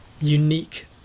unique